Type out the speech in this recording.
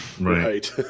right